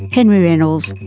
henry reynolds,